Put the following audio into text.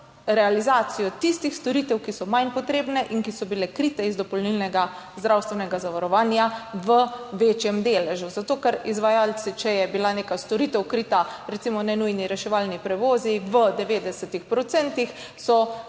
realizacijo tistih storitev, ki so manj potrebne in ki so bile krite iz dopolnilnega zdravstvenega zavarovanja v večjem deležu. Zato ker če je bila neka storitev krita, recimo nenujni reševalni prevozi, v 90 %, so bili